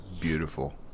beautiful